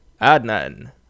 Adnan